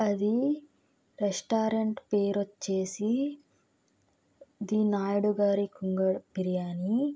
అది రెస్టారెంట్ పేరు వచ్చేసి ది నాయుడు గారి కుండ బిర్యానీ